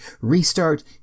restart